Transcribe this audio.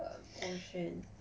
um 欧萱